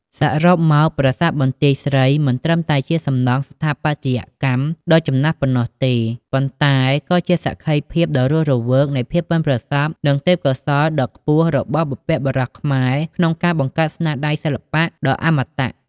សរុបមក ប្រាសាទបន្ទាយស្រី មិនត្រឹមតែជាសំណង់ស្ថាបត្យកម្មដ៏ចំណាស់ប៉ុណ្ណោះទេ ប៉ុន្តែវាក៏ជាសក្ខីភាពដ៏រស់រវើកនៃភាពប៉ិនប្រសប់ និងទេពកោសល្យដ៏ខ្ពស់របស់បុព្វបុរសខ្មែរក្នុងការបង្កើតស្នាដៃសិល្បៈដ៏អមតៈ។